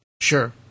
sure